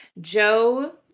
Joe